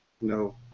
No